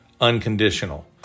unconditional